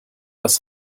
das